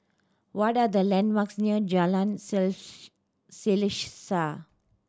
what are the landmarks near Jalan Sale Selaseh